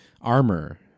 armor